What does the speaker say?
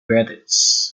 brothers